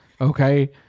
Okay